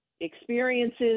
experiences